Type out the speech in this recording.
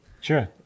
sure